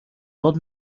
old